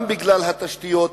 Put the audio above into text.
גם בגלל התשתיות,